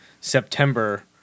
September